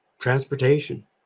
transportation